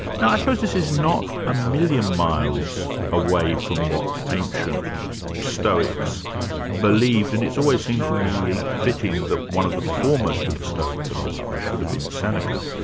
now i suppose this is not a million miles away from what ancient stoics believed, and it's always seemed to me fitting that one of the foremost of the stoic philosophers should have been seneca,